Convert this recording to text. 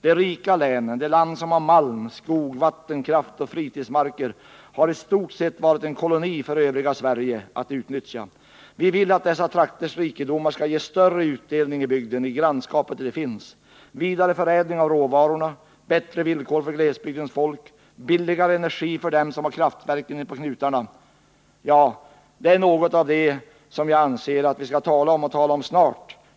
De rika länen, det land som har malm, skog, vattenkraft och fritidsmarker, har i stort sett varit en koloni för övriga Sverige att utnyttja. Vi vill att dessa trakters rikedomar skall ge större utdelning i bygden, i grannskapet där de finns. Vidareförädling av råvarorna, bättre villkor för glesbygdens folk och billigare energi för dem som har kraftverken inpå knutarna är några av de förbättringar som jag menar att vi skall tala om.